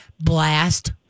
blast